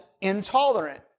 intolerant